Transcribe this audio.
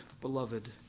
beloved